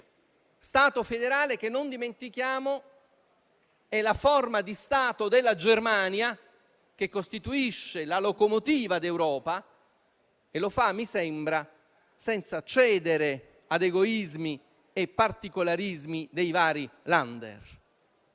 stato federale. Non dimentichiamo che quest'ultima è la forma di stato della Germania, che costituisce la locomotiva d'Europa, e lo fa - mi sembra - senza cedere a egoismi e particolarismi dei vari *Länder*.